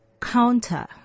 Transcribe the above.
counter